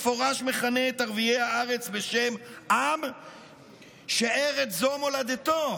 הוא במפורש מכנה את ערביי הארץ בשם עם שארץ זו מולדתו.